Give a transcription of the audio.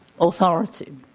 authority